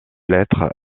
lettres